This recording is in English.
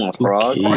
Frog